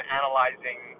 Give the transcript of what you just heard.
analyzing